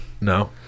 No